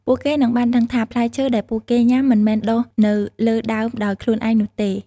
ពួកគេនឹងបានដឹងថា ផ្លែឈើដែលពួកគេញ៉ាំមិនមែនដុះនៅលើដើមដោយខ្លួនឯងនោះទេ។